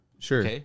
Sure